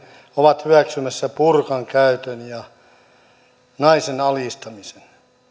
ovat hyväksymässä burkan käytön ja naisen alistamisen